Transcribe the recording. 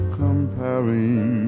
comparing